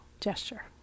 gesture